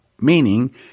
Meaning